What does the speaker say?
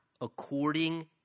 According